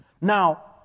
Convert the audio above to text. Now